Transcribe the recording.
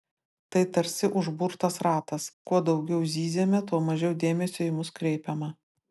tai tarsi užburtas ratas kuo daugiau zyziame tuo mažiau dėmesio į mus kreipiama